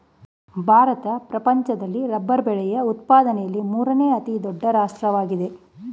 ಭಾರತ ಪ್ರಪಂಚದಲ್ಲಿ ರಬ್ಬರ್ ಬೆಳೆಯ ಉತ್ಪಾದನೆಯಲ್ಲಿ ಮೂರನೇ ಅತಿ ದೊಡ್ಡ ರಾಷ್ಟ್ರವಾಗಿದೆ